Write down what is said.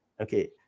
okay